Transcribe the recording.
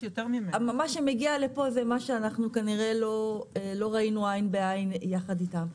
מה שמגיע לפה זה כנראה מה שלא ראינו עין בעין יחד איתה.